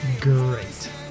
great